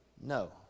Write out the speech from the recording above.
no